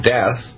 Death